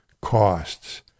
costs